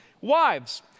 Wives